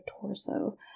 torso